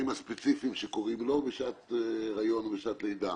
הספציפיים שקורים לו בשעת הריון ובשעת לידה,